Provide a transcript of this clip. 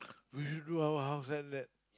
would you do our house and that